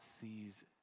sees